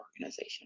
organization